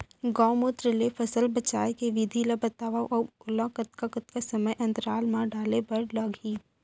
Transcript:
गौमूत्र ले फसल बचाए के विधि ला बतावव अऊ ओला कतका कतका समय अंतराल मा डाले बर लागही?